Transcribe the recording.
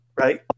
Right